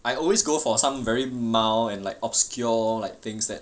I always go for some very mild and like obscure like things that